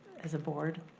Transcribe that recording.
as a board,